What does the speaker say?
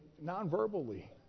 non-verbally